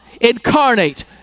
incarnate